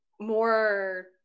more